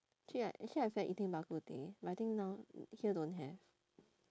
actually like actually like I feel like eating bak kut teh but I think now here don't have